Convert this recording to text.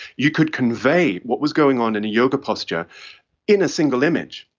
you could convey what was going on in a yoga posture in a single image,